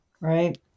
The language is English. right